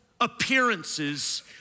appearances